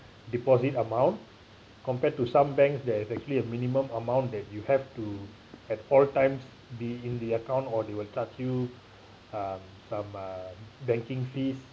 deposit amount compared to some banks there is actually a minimum amount that you have to at all times be in the account or they will charge you uh some uh banking fees